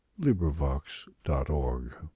LibriVox.org